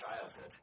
childhood